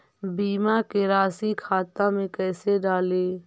बीमा के रासी खाता में कैसे डाली?